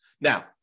Now